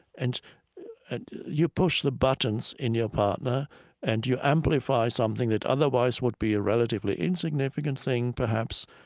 and and you push the buttons in your partner and you amplify something that otherwise would be a relatively insignificant thing perhaps.